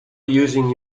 using